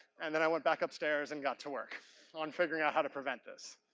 and then i went back upstairs and got to work on figuring out how to prevent this.